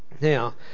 Now